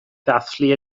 ddathlu